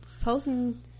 posting